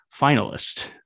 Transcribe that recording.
finalist